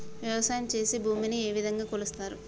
వ్యవసాయం చేసి భూమిని ఏ విధంగా కొలుస్తారు?